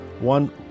one